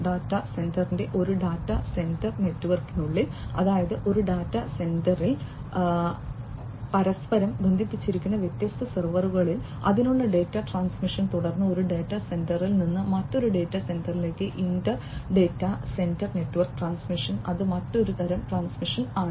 data സെന്ററിന്റെ ഒരു data centre നെറ്റ്വർക്കിനുള്ളിൽ അതായത് ഒരു ഡാറ്റാ സെന്ററിൽ പരസ്പരം ബന്ധിപ്പിച്ചിരിക്കുന്ന വ്യത്യസ്ത സെർവറുകൾ അതിനുള്ളിൽ ഡാറ്റാ ട്രാൻസ്മിഷൻ തുടർന്ന് ഒരു ഡാറ്റാ സെന്ററിൽ നിന്ന് മറ്റൊരു ഡാറ്റാ സെന്ററിലേക്ക് inter data centre network transmission അത് മറ്റൊരു തരം ട്രാൻസ്മിഷൻ ആണ്